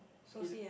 associate